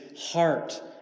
heart